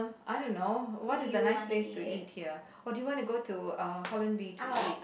I don't know what is a nice place to eat here or do you want to go to uh Holland-V to eat